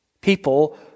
People